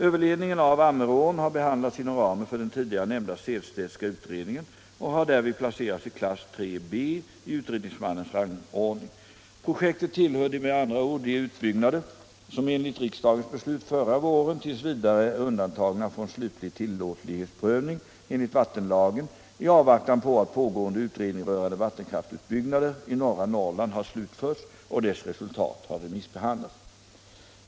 Överledningen av Ammerån har behandlats inom ramen för den tidigare nämnda Sehlstedtska utredningen och har därvid placerats i klass 3b i utredningsmannens rangordning. Projektet tillhör med andra ord de utbyggnader som enligt riksdagens beslut förra våren t. v. är undantagna från slutlig tillåtlighetsprövning enligt vattenlagen i avvaktan på att pågående utredning rörande vattenkraftsutbyggnader i norra Norrland har slutförts och dess resultat har remissbehandlats.